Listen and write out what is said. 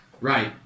right